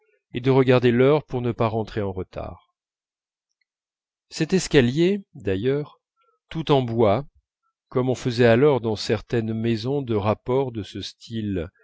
et de regarder l'heure pour ne pas rentrer en retard cet escalier d'ailleurs tout en bois comme on en faisait alors dans certaines maisons de rapport de ce style